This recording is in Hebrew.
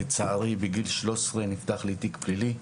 לצערי בגיל שלוש עשרה נפתח לי תיק פלילי.